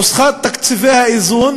נוסחת תקציבי האיזון